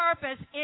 purpose